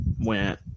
Went